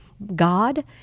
God